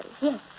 yes